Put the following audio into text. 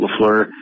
LaFleur